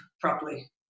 properly